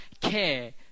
care